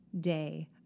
day